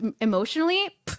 emotionally